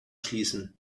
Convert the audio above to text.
schließen